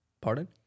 Pardon